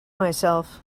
myself